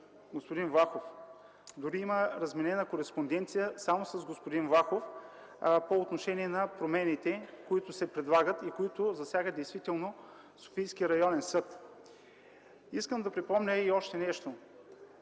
господин Влахов. Дори има разменена кореспонденция само с господин Влахов по отношение на промените, които се предлагат и които засягат действително Софийския районен съд. Искам да припомня и още нещо.